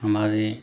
हमारे